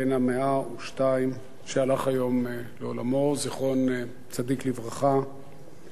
בן ה-102 שהלך היום לעולמו, זיכרון צדיק לברכה.